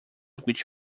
which